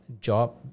job